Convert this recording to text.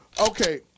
okay